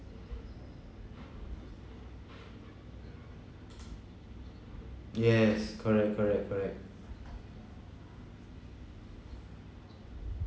yes correct correct correct